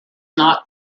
not